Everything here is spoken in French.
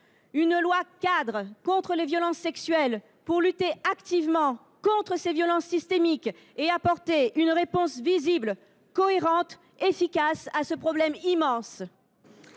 une loi cadre contre les violences sexuelles pour lutter activement contre ces violences systémiques et apporter une réponse visible, cohérente, efficace à ce problème immense